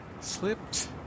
Slipped